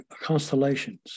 constellations